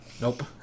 Nope